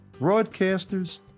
broadcasters